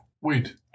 Wait